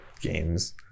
games